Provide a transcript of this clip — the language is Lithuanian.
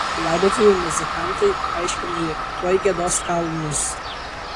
laidotuvių muzikantai aiškino ji tuoj giedos kalnus